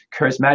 charismatic